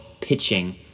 pitching